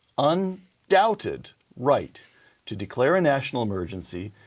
and undoubted right to declare a national emergency,